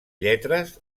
lletres